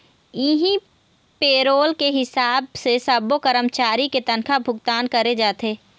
इहीं पेरोल के हिसाब से सब्बो करमचारी के तनखा भुगतान करे जाथे